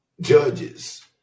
judges